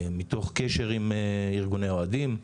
מתוך קשר עם ארגוני אוהדים,